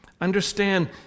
Understand